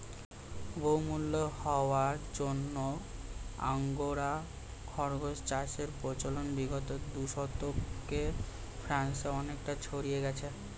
বহুমূল্য হওয়ার জন্য আঙ্গোরা খরগোশ চাষের প্রচলন বিগত দু দশকে ফ্রান্সে অনেকটা ছড়িয়ে গিয়েছে